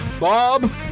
Bob